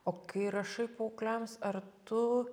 o kai rašai paaugliams ar tu